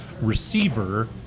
receiver